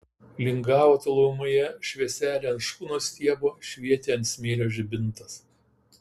lingavo tolumoje švieselė ant škunos stiebo švietė ant smėlio žibintas